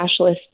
cashless